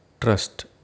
trust